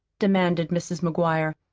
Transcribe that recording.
demanded mrs. mcguire.